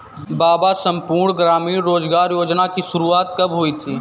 बाबा संपूर्ण ग्रामीण रोजगार योजना की शुरुआत कब हुई थी?